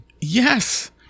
yes